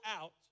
out